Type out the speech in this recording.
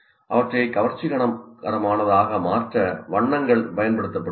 அவற்றை கவர்ச்சிகரமானதாக மாற்ற வண்ணங்கள் பயன்படுத்தப்படுகின்றன